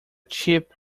chip